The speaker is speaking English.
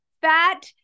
Fat